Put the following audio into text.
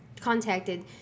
contacted